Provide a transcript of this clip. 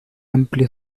amplio